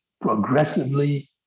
progressively